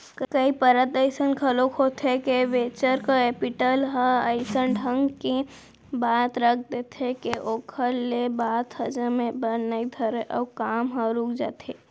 कई परत अइसन घलोक होथे के वेंचर कैपिटल ह अइसन ढंग के बात रख देथे के ओखर ले बात ह जमे बर नइ धरय अउ काम ह रुक जाथे